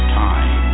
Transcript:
time